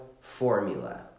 formula